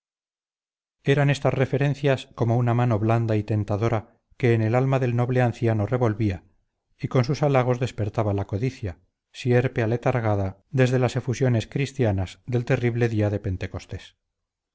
eran estas referencias como una mano blanda y tentadora que en el alma del noble anciano revolvía y con sus halagos despertaba la codicia sierpe aletargada desde las efusiones cristianas del terrible día de pentecostés